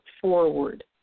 forward